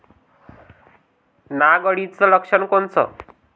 नाग अळीचं लक्षण कोनचं?